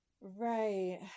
right